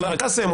לארה אל-קאסם,